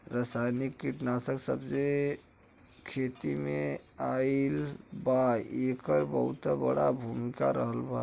रासायनिक कीटनाशक जबसे खेती में आईल बा येकर बहुत बड़ा भूमिका रहलबा